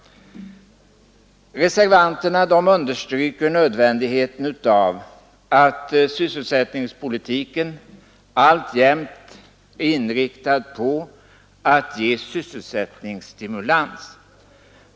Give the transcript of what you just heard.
Reservanterna understryker nödvändigheten av att sysselsättningspolitiken alltjämt är inriktad på att ge sysselsättningsstimulans.